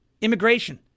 Immigration